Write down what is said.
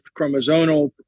chromosomal